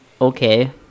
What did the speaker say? okay